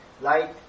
light